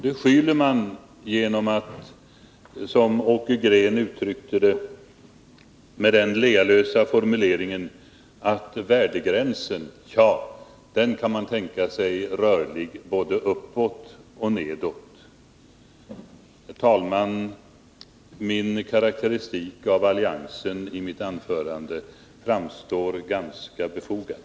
Det skyler Åke Green över med den ”lealösa” formuleringen att värdegränsen, ja, den kan man tänka sig rörlig både uppåt och nedåt. Herr talman! Min karaktäristik av alliansen i mitt anförande framstår som ganska befogad.